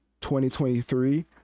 2023